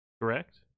correct